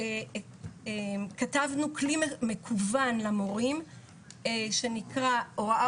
כתבנו כלי מקוון למורים שנקרא "הוראה